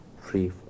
free